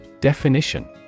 Definition